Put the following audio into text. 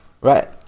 Right